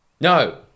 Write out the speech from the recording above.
no